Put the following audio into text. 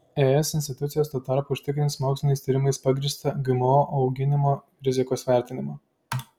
es institucijos tuo tarpu užtikrins moksliniais tyrimais pagrįstą gmo auginimo rizikos vertinimą